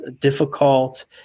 difficult